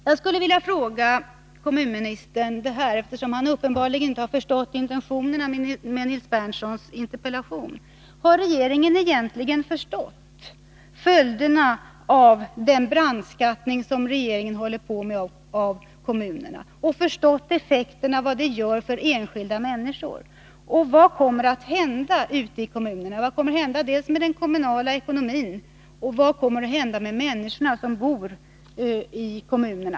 Jag skulle vilja fråga kommunministern — eftersom han uppenbarligen inte har förstått intentionerna med Nils Berndtsons interpellation: Har regeringen egentligen förstått följderna för enskilda människor av den brandskattning som regeringen håller på med av kommunerna? Vad kommer att hända med den kommunala ekonomin, och vad kommer att hända med människorna som bor i kommunerna?